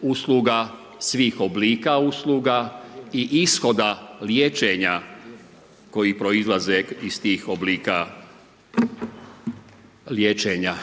usluga ,svih oblika usluga i ishoda liječenja koji proizlaze iz tih oblika liječenja.